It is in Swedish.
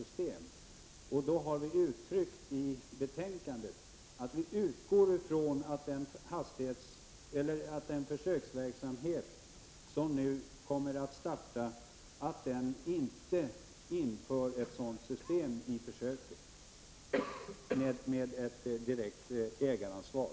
I betänkandet har vi uttryckt det så att vi utgår ifrån att det i den försöksverksamhet som nu kommer att starta inte införs ett direkt ägaransvar.